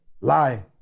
lie